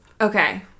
Okay